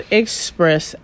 express